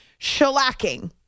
shellacking